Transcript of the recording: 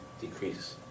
decrease